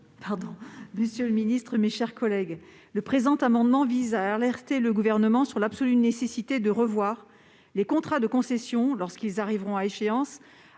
: La parole est à Mme Angèle Préville. Le présent amendement vise à alerter le Gouvernement sur l'absolue nécessité de revoir les contrats de concession, lorsqu'ils arriveront à échéance,